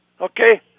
Okay